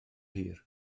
hir